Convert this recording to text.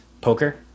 Poker